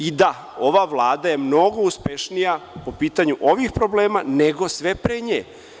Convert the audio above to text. I da, ova vlada je mnogo uspešnija po pitanju ovih problema, nego sve pre nje.